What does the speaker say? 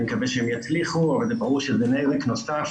אני מקווה שהם יצליחו אבל ברור שזה נזק נוסף